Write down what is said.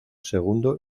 segundo